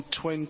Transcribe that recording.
20